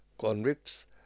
convicts